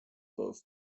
both